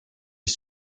les